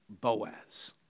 Boaz